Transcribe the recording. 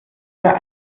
wir